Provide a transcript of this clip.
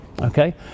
okay